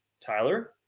Tyler